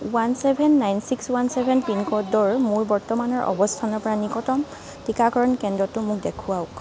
one seven nine six one seven পিনক'ডৰ মোৰ বৰ্তমানৰ অৱস্থানৰ পৰা নিকটতম টিকাকৰণ কেন্দ্ৰটো মোক দেখুৱাওক